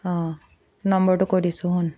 অ' নম্বৰটো কৈ দিছোঁ শুন